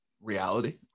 reality